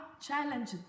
challenge